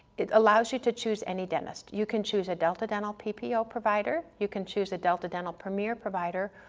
it allows you to choose any dentist. you can choose a delta dental ppo provider, you can choose a delta dental premier provider,